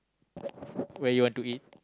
where you want to eat